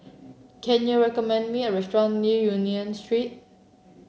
can you recommend me a restaurant near Union Street